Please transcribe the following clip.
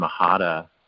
Mahata